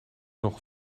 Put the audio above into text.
nog